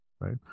right